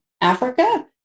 Africa